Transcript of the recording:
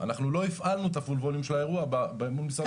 אנחנו לא הפעלנו את הפול ווליום של האירוע מול משרד הביטחון.